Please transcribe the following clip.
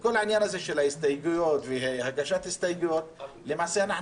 כל העניין של ההסתייגויות והגשת הסתייגויות למעשה,